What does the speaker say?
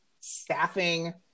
staffing